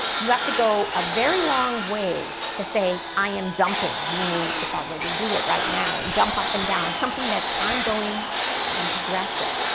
you have to go a very long way to say i am jumping, meaning if i were to do it right now and jump up and down. it's something that's ongoing and progressive.